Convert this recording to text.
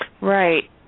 Right